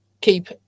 keep